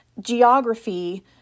geography